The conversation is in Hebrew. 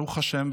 ברוך השם,